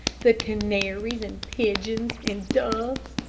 the canaries, and pigeons, and doves,